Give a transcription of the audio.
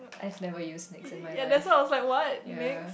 I've never used NYX in my life ya